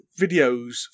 videos